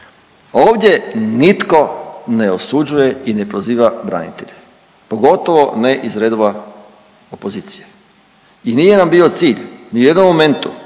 ovdje nitko ne osuđuje i ne proziva branitelje, pogotovo ne iz redova opozicije i nije nam bio cilj u nijednom momentu